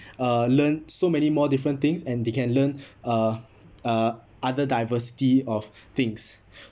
uh learn so many more different things and they can learn uh uh other diversity of things